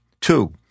Two